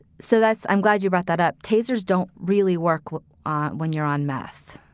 so that's i'm glad you brought that up. tasers don't really work when ah when you're on meth.